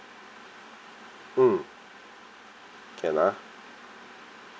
mm can ah